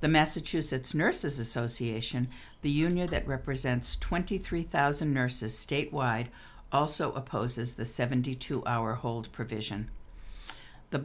the message is it's nurses association the union that represents twenty three thousand nurses statewide also opposes the seventy two hour hold provision the